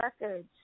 Records